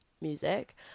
music